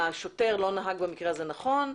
השוטר לא נהג במקרה הזה נכון,